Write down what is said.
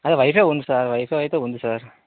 wi fi ఉంది sir wifi అయితే ఉంది సార్